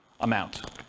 amount